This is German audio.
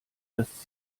das